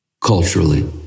culturally